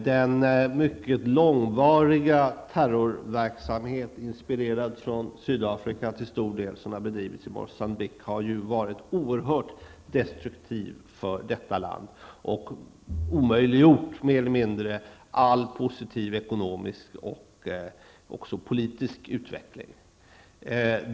Den mycket långvariga terrorverksamhet, till stor del inspirerad från Sydafrika, som har bedrivits i Moçambique har varit oerhört destruktiv för detta land och mer eller mindre omöjliggjort all positiv ekonomisk och även politisk utveckling.